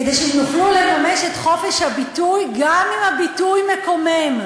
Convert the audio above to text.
שהם יוכלו לממש את חופש הביטוי גם אם הביטוי מקומם.